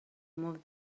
move